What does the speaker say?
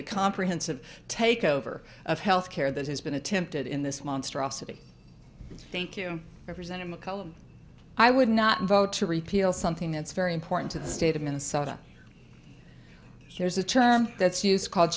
the comprehensive takeover of health care that has been attempted in this monstrosity thank you represented mccullum i would not vote to repeal something that's very important to the state of minnesota here's a term that's used called